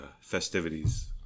festivities